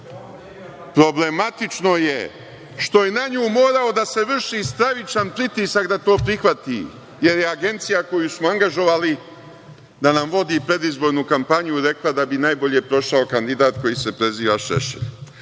Problematično je što je na nju morao da se vrši stravičan pritisak da to prihvati, jer je agencija koju su angažovali da nam vodi predizbornu kampanju rekla da bi najbolje prošao kandidat koji se preziva Šešelj.